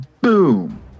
boom